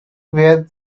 where